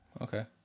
okay